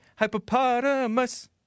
hippopotamus